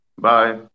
Bye